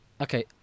Okay